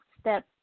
step